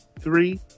Three